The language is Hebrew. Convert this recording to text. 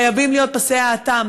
חייבים להיות פסי האטה,